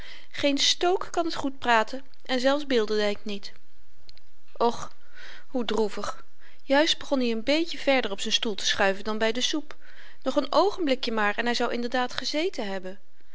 geen stoke kan t goedpraten en zelfs bilderdyk niet och hoe droevig juist begon i n beetje verder op z'n stoel te schuiven dan by de soep nog n oogenblikje maar en hy zou inderdaad gezeten hebben